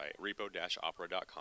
repo-opera.com